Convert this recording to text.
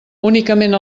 únicament